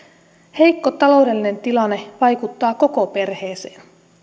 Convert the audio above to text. heikko taloudellinen tilanne vaikuttaa koko perheeseen